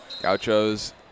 Gauchos